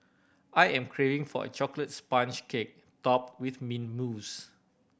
I am craving for a chocolate sponge cake topped with min mousse